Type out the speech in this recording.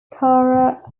kara